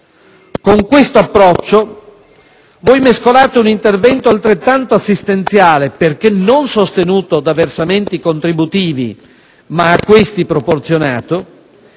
Con questo approccio voi mescolate un intervento altrettanto assistenziale, perché non sostenuto da versamenti contributivi, ma a questi proporzionato,